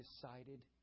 decided